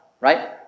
right